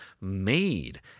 made